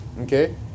Okay